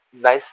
nice